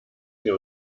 sie